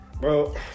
Bro